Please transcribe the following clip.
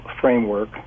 framework